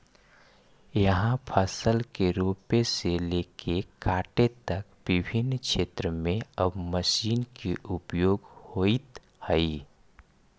इहाँ फसल के रोपे से लेके काटे तक विभिन्न क्षेत्र में अब मशीन के उपयोग होइत हइ